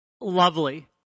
lovely